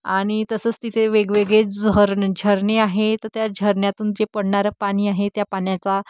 आणि तसंच तिथे वेगवेगळे जहरन झरने आहे तर त्या झरन्यातून जे पडणारं पाणी आहे त्या पाण्याचा